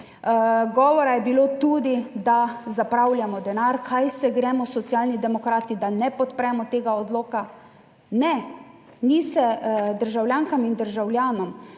govora je bilo tudi, da zapravljamo denar, kaj se gremo Socialni demokrati, da ne podpremo tega odloka? Ne, ni se, državljankam in državljanom,